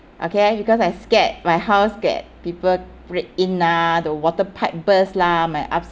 okay because I scared my house get people break in lah the water pipe burst lah my up~